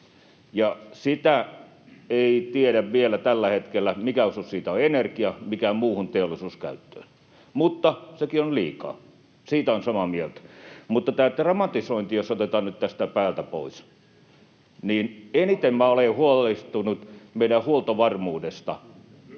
Sitä ei tiedä vielä tällä hetkellä, mikä osuus siitä on energia-, mikä muuhun teollisuuskäyttöön. Mutta sekin on liikaa, siitä olen samaa mieltä. Mutta jos tämä dramatisointi otetaan nyt tästä päältä pois, niin eniten minä olen huolestunut meidän huoltovarmuudestamme,